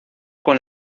con